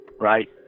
right